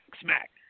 smack